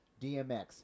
DMX